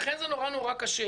לכן זה נורא קשה.